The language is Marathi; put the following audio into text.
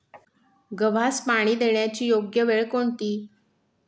गव्हास पाणी देण्याची योग्य वेळ कोणती?